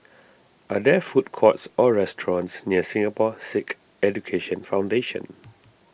are there food courts or restaurants near Singapore Sikh Education Foundation